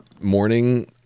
morning